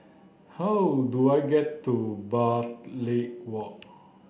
how do I get to Bartley Walk